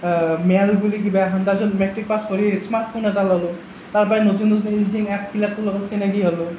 মেয়াল বুলি কিবা এখন তাৰ পিছত মেট্ৰিক পাছ কৰি স্মাৰ্টফোন এটা ল'লোঁ তাৰ পৰাই নতুন এডিটিং এপছবিলাকৰ লগতো চিনাকি হ'লোঁ